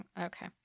Okay